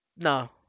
No